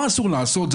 מה אסור לעשות.